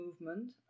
movement